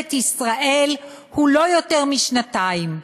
בממשלת ישראל הוא לא יותר משנתיים,